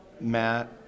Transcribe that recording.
Matt